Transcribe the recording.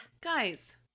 Guys